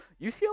UCLA